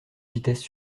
vitesse